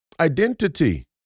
Identity